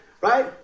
Right